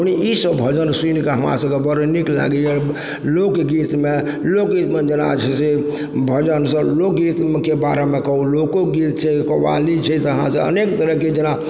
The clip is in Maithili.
ईसब भजन सुनिके हमरा सबके बड़ नीक लागइए लोकगीतमे लोकगीतमे जेना छै से भजन सब लोकगीतके बारेमे कहु लोकोगीत छै कव्वाली छै अनेक तरहके जेना